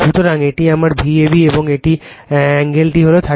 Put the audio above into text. সুতরাং এটি আমার Vab এবং এই এঙ্গেলটি হল 30o